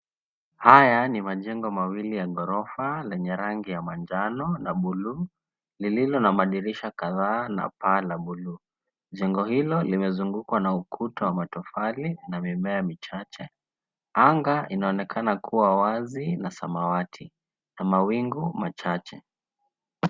Haya ni majengo mawili ya ghorofa lenye rangi ya manjano na buluu lililo na madirisha kadhaa na paa la buluu. Jengo hilo limezungukwa na ukuta wa matofali na mimea michache. Anga inaonekana kuwa wazi na samawati, na mawingu machache.